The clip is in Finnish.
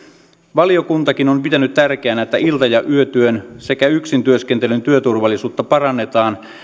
valiokuntakin on pitänyt tärkeänä että ilta ja yötyön sekä yksintyöskentelyn työturvallisuutta parannetaan